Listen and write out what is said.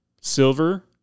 Silver